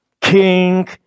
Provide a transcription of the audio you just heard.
king